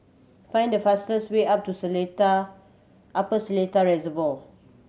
find the fastest way up to Seletar Upper Seletar Reservoir